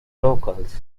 locals